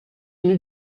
tenu